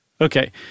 Okay